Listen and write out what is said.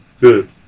good